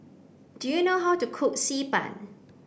do you know how to cook Xi Ban